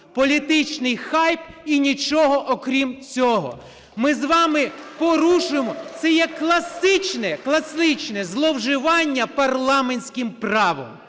політичний хайп і нічого окрім цього. Ми з вами порушуємо... це є класичне, класичне зловживання парламентським правом,